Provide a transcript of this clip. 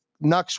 Nux